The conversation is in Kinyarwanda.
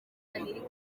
nanjye